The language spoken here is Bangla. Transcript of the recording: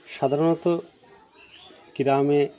সাধারণত গ্রামে